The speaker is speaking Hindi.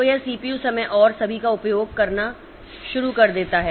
तो यह सीपीयू समय और सभी का उपभोग करना शुरू कर देता है